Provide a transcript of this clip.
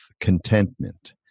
contentment